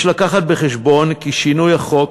יש להביא בחשבון כי שינוי החוק